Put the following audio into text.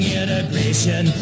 integration